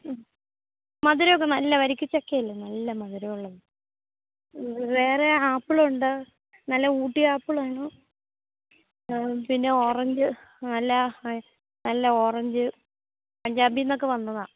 മ്മ് മധുരമൊക്കെ നല്ല വരിക്കചക്കയല്ലെ നല്ല മധുരമുള്ളത് വേറെ ആപ്പിളുണ്ട് നല്ല ഊട്ടി ആപ്പിളാണ് പിന്നെ ഓറഞ്ച് നല്ല നല്ല ഓറഞ്ച് പഞ്ചാബില് നിന്നൊക്കെ വന്നതാണ്